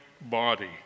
body